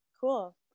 cool